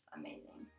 amazing